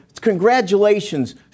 Congratulations